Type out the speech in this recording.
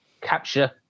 capture